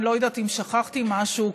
אני לא יודעת אם שכחתי משהו,